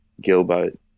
Gilbert